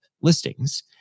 listings